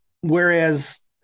whereas